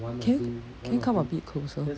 can you can you come a bit closer